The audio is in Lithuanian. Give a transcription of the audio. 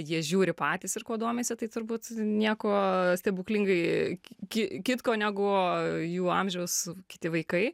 jie žiūri patys ir kuo domisi tai turbūt nieko stebuklingai ki kitko negu jų amžiaus kiti vaikai